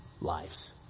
lives